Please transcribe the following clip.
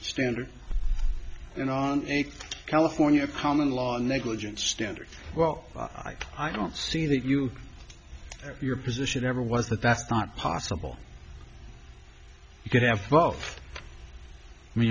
standard and on a california common law negligence standard well i don't see that you or your position ever was that that's not possible you could have both